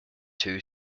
two